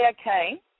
okay